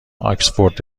آکسفورد